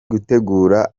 gutegura